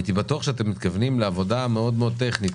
הייתי בטוח שאתם מתכוונים לעבודה מאוד מאוד טכנית,